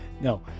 No